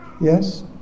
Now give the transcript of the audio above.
Yes